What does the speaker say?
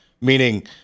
meaning